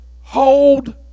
hold